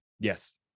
Yes